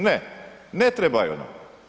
Ne, ne trebaju nam.